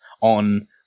on